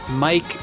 Mike